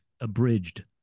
abridged